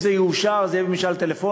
אם זה יאושר זה יהיה במשאל טלפוני,